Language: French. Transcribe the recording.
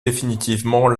définitivement